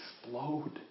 explode